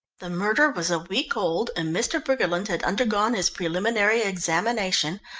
the murder was a week old, and mr. briggerland had undergone his preliminary examination,